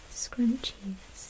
scrunchies